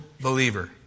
believer